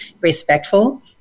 respectful